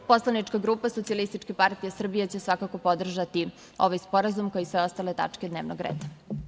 Poslanička grupa Socijalističke partije Srbije će svakako podržati ovaj sporazum, kao i sve ostale tačke dnevnog reda.